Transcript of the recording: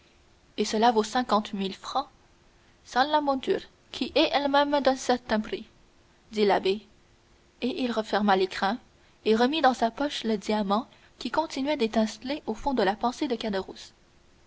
et cela vaut cinquante mille francs sans la monture qui est elle-même d'un certain prix dit l'abbé et il referma l'écrin et remit dans sa poche le diamant qui continuait d'étinceler au fond de la pensée de caderousse